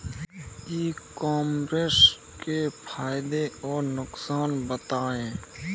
ई commerce के फायदे और नुकसान बताएँ?